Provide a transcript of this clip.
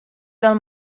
del